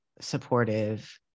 supportive